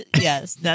Yes